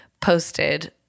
posted